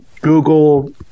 google